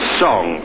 song